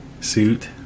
Suit